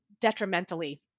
detrimentally